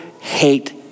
hate